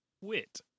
wit